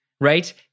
right